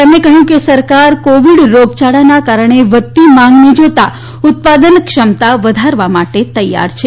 તેમણે કહ્યું કે સરકાર કોવિડ રોગયાળાને કારણે વધતી માંગને જોતા ઉત્પાદન ક્ષમતા વધારવા માટે તૈયાર છે